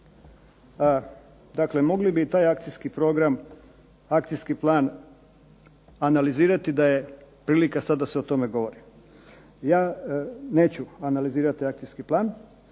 Dakle mogli bi taj akcijski program, akcijski plan analizirati da je prilika sad da se o tome govori. Ja neću analizirati akcijski plan,